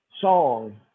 song